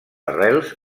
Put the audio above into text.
arrels